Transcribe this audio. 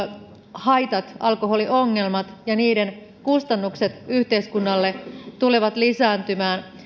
haitat alkoholiongelmat ja niiden kustannukset yhteiskunnalle tulevat lisääntymään